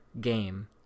game